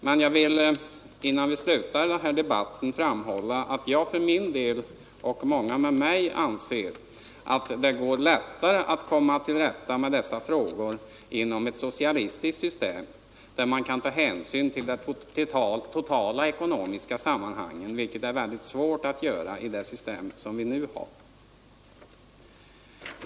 Men jag vill, innan vi slutar den här debatten, framhålla att jag för min del — och många med mig — anser att det går lättare att komma till rätta med dessa frågor inom ett socialistiskt system, där man kan ta hänsyn till de totala ekonomiska sammanhangen, vilket är mycket svårt att göra i det system vi nu har.